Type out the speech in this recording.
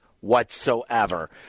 whatsoever